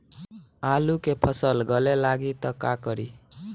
आलू के फ़सल गले लागी त का करी?